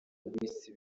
rw’isi